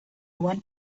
want